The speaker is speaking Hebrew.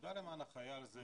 האגודה למען החייל זה